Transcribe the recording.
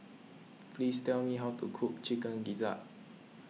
please tell me how to cook Chicken Gizzard